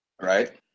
Right